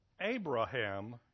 Abraham